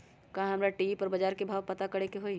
का हमरा टी.वी पर बजार के भाव पता करे के होई?